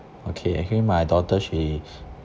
okay actually my daughter she